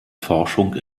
forschung